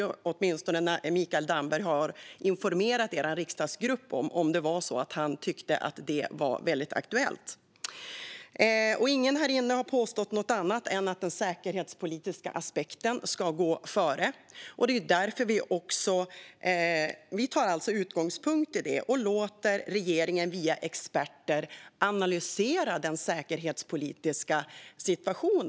Åtminstone borde Mikael Damberg ha informerat er riksdagsgrupp om det var så att han tyckte att det var väldigt aktuellt. Ingen härinne har påstått något annat än att den säkerhetspolitiska aspekten ska gå före. Det är också därför som vi tar utgångspunkt i det och låter regeringen via experter analysera den säkerhetspolitiska situationen.